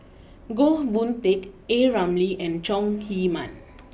Goh Boon Teck A Ramli and Chong Heman